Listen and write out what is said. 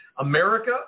America